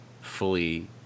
fully